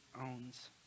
owns